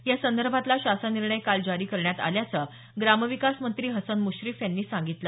यासंदर्भातला शासन निर्णय काल जारी करण्यात आल्याचं ग्रामविकास मंत्री हसन म्श्रीफ यांनी सांगितलं